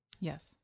Yes